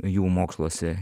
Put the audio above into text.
jų moksluose